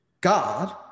God